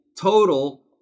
total